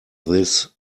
this